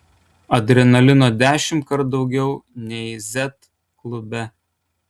adrenalino dešimtkart daugiau nei z klube